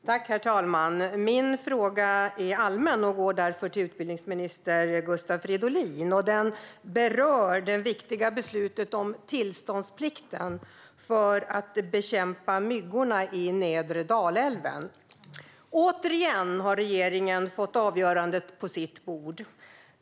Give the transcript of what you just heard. Herr talman! Min fråga är allmän och går därför till utbildningsminister Gustav Fridolin. Den berör det viktiga beslutet om tillståndsplikten för att bekämpa myggorna i nedre Dalälven. Återigen har regeringen fått avgörandet på sitt bord.